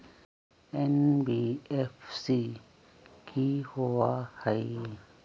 NBFC कि होअ हई?